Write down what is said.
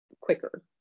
quicker